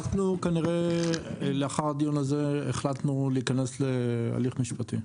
אנחנו כנראה לאחר הדיון הזה ניכנס להיכנס להליך משפטי.